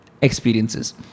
experiences